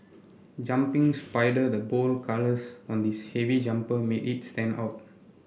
jumping spider the bold colours on this heavy jumper made it stand out